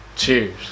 Cheers